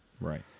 Right